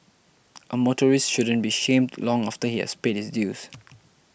a motorist shouldn't be shamed long after he has paid his dues